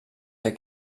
der